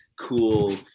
cool